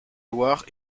loire